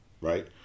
right